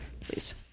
please